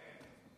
כן?